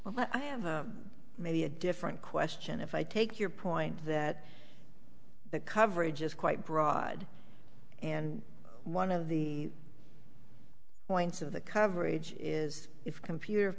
but i have a maybe a different question if i take your point that the coverage is quite broad and one of the points of the coverage is if a computer